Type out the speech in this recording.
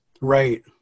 Right